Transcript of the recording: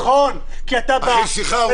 נכון -- אחרי שיחה ארוכה ויפה.